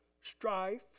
strife